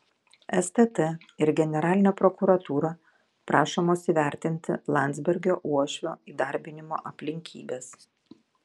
stt ir generalinė prokuratūra prašomos įvertinti landsbergio uošvio įdarbinimo aplinkybes